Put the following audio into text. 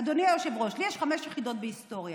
אדוני היושב-ראש, לי יש חמש יחידות בהיסטוריה.